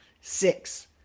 six